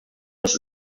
los